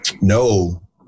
No